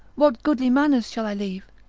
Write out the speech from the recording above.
what goodly manors shall i leave!